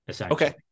okay